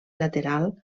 lateral